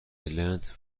لنت